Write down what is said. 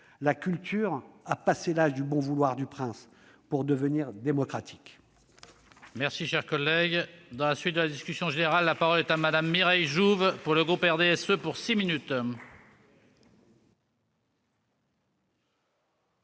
La culture a passé l'âge du bon vouloir du Prince, pour devenir démocratique